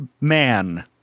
Man